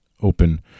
open